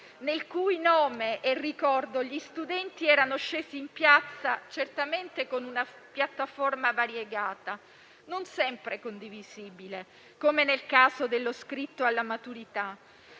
nel cui nome e ricordo gli studenti erano scesi in piazza, certamente con una piattaforma variegata, non sempre condivisibile, come nel caso dello scritto alla maturità,